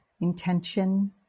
intention